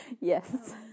Yes